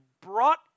brought